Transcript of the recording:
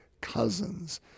cousins